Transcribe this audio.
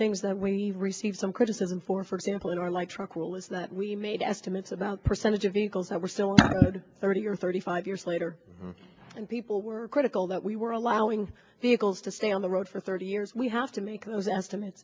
things that we've received some criticism for for example in our light truck rule is that we made estimates about percentage of vehicles that were still thirty or thirty five years later and people were critical that we were allowing the eclipse to stay on the road for thirty years we have to make those estimates